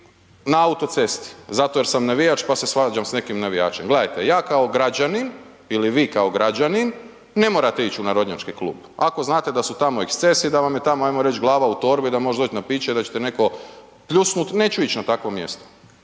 na autocesti zato jer sam navijač pa se svađam s nekim navijačem. Gledajte, ja kao građanin ili vi kao građanin ne morate ić u narodnjački klub ako znate da su tamo ekscesi i da vam je tamo ajmo reć glava u torbi i da možeš doć na piće i da ćete netko pljusnut, neću ić na takvo mjesto.